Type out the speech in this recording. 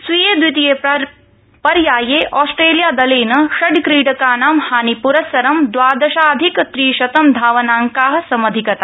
स्वीये द्वितीये पर्याये ऑस्ट्रेलिया दलेन षड् क्रीडकानां हानिपुरस्सरं द्वादशाधिक त्रिशतं धावनांका समधिगता